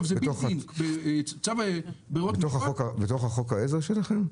בתוך חוק העזר שלכם?